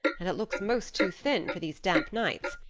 and it looks most too thin for these damp nights.